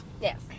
Yes